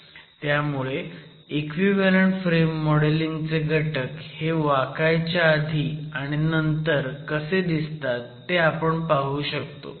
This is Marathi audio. त्यामुळे इक्विव्हॅलंट फ्रेम मॉडेलिंग चे घटक हे वाकायच्या आधी आणि नंतर कसे दिसतात ते आव पाहू शकतो